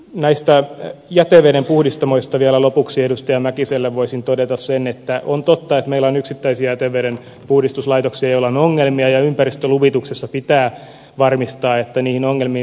näistä jäteveden puhdistamoista vielä lopuksi edustaja mäkiselle voisin todeta sen että on totta että meillä on yksittäisiä jätevedenpuhdistuslaitoksia joilla on ongelmia ja ympäristöluvituksissa pitää varmistaa että niihin ongelmiin puututaan